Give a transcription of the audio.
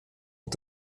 und